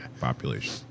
Population